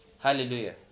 Hallelujah